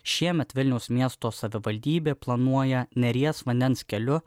šiemet vilniaus miesto savivaldybė planuoja neries vandens keliu